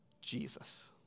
Jesus